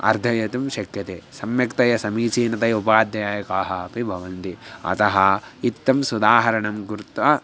अर्जयितुं शक्यते सम्यक्तया समीचीनतया उपाध्यायकाः अपि भवन्ति अतः इत्थं सुधारणं कृत्वा